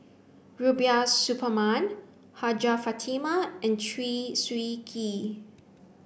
Rubiah Suparman Hajjah Fatimah and Chew Swee Kee